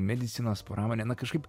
medicinos pramonę na kažkaip